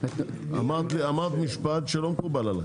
אמרת משפט שלא מקובל עליי.